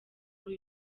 kuri